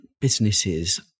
businesses